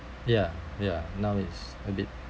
ya ya now it's a bit